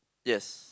yes